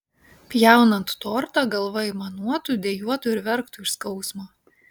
pjaunant tortą galva aimanuotų dejuotų ir verktų iš skausmo